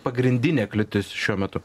pagrindinė kliūtis šiuo metu